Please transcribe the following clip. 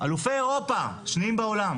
אלופי אירופה, שניים בעולם.